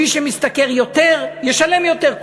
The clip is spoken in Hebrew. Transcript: מי שמשתכר יותר ישלם יותר,